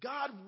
God